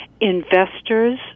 Investors